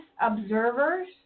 Observers